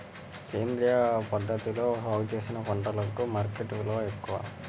సేంద్రియ పద్ధతిలో సాగు చేసిన పంటలకు మార్కెట్ విలువ ఎక్కువ